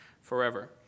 forever